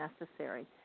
necessary